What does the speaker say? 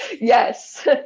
Yes